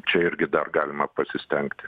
čia irgi dar galima pasistengti